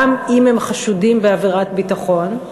גם אם הם חשודים בעבירת ביטחון,